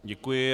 Děkuji.